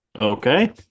okay